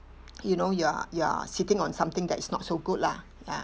you know you're you're sitting on something that is not so good lah ya